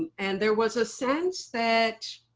and and there was a sense that